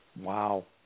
wow